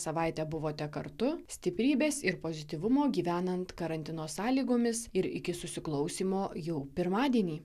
savaitę buvote kartu stiprybės ir pozityvumo gyvenant karantino sąlygomis ir iki susiklausymo jau pirmadienį